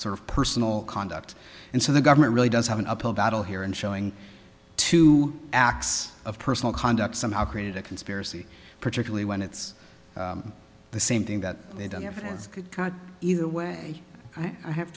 sort of personal conduct and so the government really does have an uphill battle here and showing two acts of personal conduct somehow created a conspiracy particularly when it's the same thing that they don't have as good either way i have